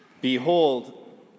behold